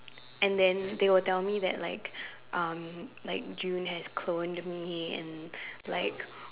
and then they will tell me that like um like June has cloned me and like